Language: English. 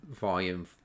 volume